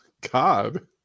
God